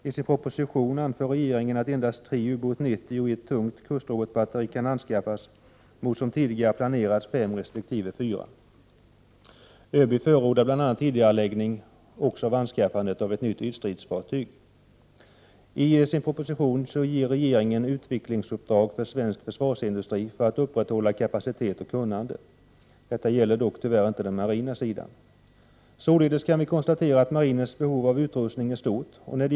I sin proposition anför regeringen att endast tre Ubåt 90 och ett tungt kustrobotbatteri kan anskaffas mot tidigare planerade fyra resp. fem. ÖB förordar bl.a. tidigareläggning också av anskaffandet av ett nytt ytstridsfartyg. I propositionen ger regeringen utvecklingsuppdrag för svensk försvarsindustri för att upprätthålla kapacitet och kunnande. Detta gäller dock tyvärr inte den marina sidan. Således kan vi konstatera att marinens behov av utrustning är stort, och.